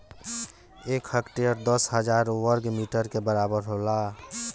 एक हेक्टेयर दस हजार वर्ग मीटर के बराबर होला